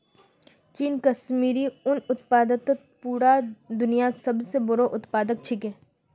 चीन कश्मीरी उन उत्पादनत पूरा दुन्यात सब स बोरो उत्पादक छिके